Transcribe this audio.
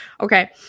Okay